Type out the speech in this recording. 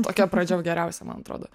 tokia pradžia geriausia man atrodo